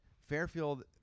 Fairfield